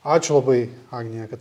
ačiū labai agnija kad